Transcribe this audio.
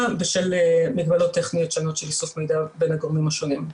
בשל מגבלות טכניות שונות של איסוף מידע בין הגורמים השונים.